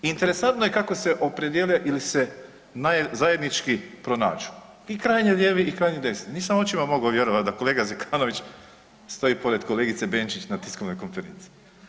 I interesantno je kako se opredjeljuje ili se zajednički pronađu i krajnja lijevi i krajnje desni, nisam očima mogao vjerovati da kolega Zekanović stoji pored kolegice Benčić na tiskovnoj konferenciji.